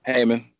Heyman